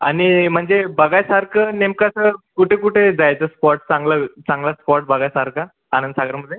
आणि म्हणजे बघायसारखं नेमकं असं कुठे कुठे जायचं स्पॉट चांगला चांगला स्पॉट बघायसारखा आनंदसागरमधे